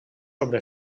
sobre